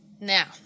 Now